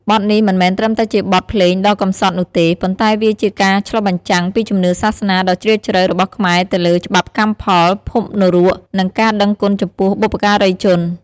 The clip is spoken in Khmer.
បទនេះមិនមែនត្រឹមតែជាបទភ្លេងដ៏កម្សត់នោះទេ ប៉ុន្តែវាជាការឆ្លុះបញ្ចាំងពីជំនឿសាសនាដ៏ជ្រាលជ្រៅរបស់ខ្មែរទៅលើ ច្បាប់កម្មផល ភពនរក និងការដឹងគុណចំពោះបុព្វការីជន។